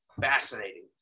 fascinating